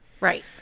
right